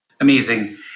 Amazing